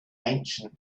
ancient